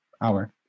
hour